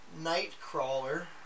Nightcrawler